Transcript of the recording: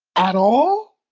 at all